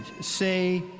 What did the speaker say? say